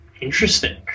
Interesting